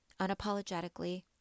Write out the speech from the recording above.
unapologetically